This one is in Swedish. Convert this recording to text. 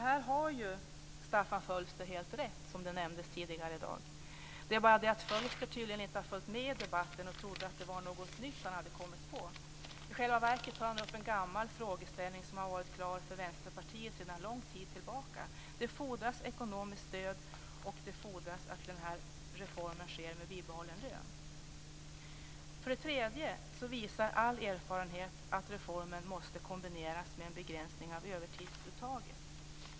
Här har Stefan Fölster helt rätt, som nämndes tidigare i dag. Det är bara det att Fölster tydligen inte följt med i debatten och trodde att det var något nytt han kommit på. I själva verket tar han upp en gammal frågeställning som varit klar för Vänsterpartiet sedan lång tid tillbaka. Det fordras ekonomiskt stöd och att den här reformen sker med bibehållen lön. För det tredje visar all erfarenhet att reformen måste kombineras med en begränsning av övertidsuttaget.